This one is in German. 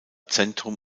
zentrum